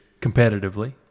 competitively